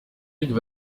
éric